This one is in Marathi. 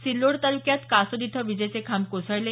सिल्लोड तालुक्यात कासोद इथं विजेचे खांब कोसळले